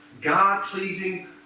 God-pleasing